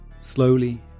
slowly